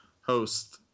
host